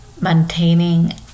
maintaining